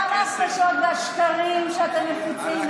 גם על ההכפשות והשקרים שאתם מפיצים,